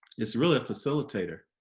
it's really a facilitator